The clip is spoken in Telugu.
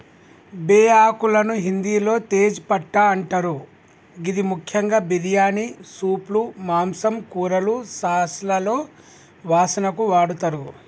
బేఆకులను హిందిలో తేజ్ పట్టా అంటరు గిది ముఖ్యంగా బిర్యానీ, సూప్లు, మాంసం, కూరలు, సాస్లలో వాసనకు వాడతరు